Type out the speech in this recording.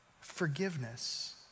forgiveness